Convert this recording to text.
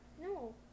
No